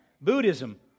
Buddhism